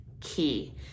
key